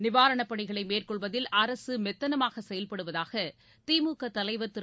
நிவாரணப் பணிகளை மேற்கொள்வதில் அரசு மெத்தனமாக செயல்படுவதாக திமுக தலைவர் திரு